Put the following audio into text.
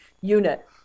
unit